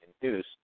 induced